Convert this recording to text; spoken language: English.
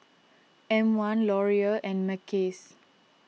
M one Laurier and Mackays